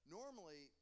normally